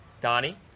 Donnie